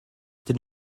did